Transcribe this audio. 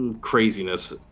craziness